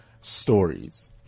stories